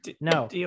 No